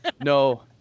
No